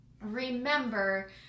remember